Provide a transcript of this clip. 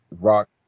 rock